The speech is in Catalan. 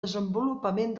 desenvolupament